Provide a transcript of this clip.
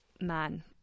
man